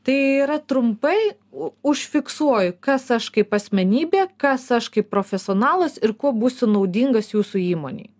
tai yra trumpai užfiksuoju kas aš kaip asmenybė kas aš kaip profesionalas ir kuo būsiu naudingas jūsų įmonei